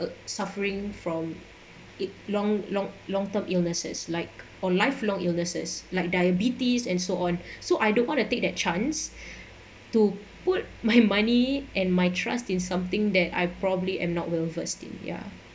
suffering from it long long long term illnesses like or lifelong illnesses like diabetes and so on so I don't want to take that chance to put my money and my trust in something that I probably am not well versed in ya